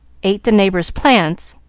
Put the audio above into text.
ate the neighbors' plants,